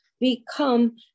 become